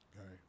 Okay